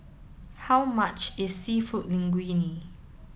how much is Seafood Linguine